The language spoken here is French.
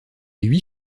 huit